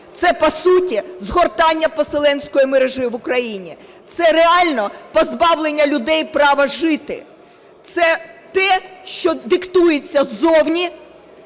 Це по суті згортання поселенської мережі в Україні, це реально позбавлення людей права жити. Це те, що диктується ззовні,